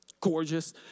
gorgeous